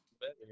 Better